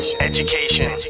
education